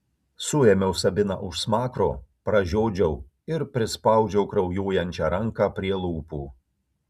suėmiau sabiną už smakro pražiodžiau ir prispaudžiau kraujuojančią ranką prie lūpų